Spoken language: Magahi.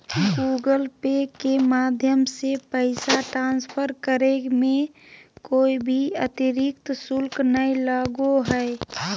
गूगल पे के माध्यम से पैसा ट्रांसफर करे मे कोय भी अतरिक्त शुल्क नय लगो हय